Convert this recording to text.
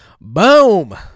boom